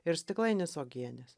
ir stiklainis uogienės